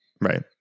Right